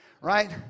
right